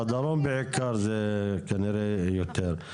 בדרום בעיקר זה כנראה יותר.